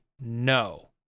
no